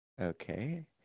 Okay